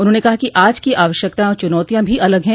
उन्होंने कहा कि आज की आवश्यकतायें और चुनौतियां भी अलग हैं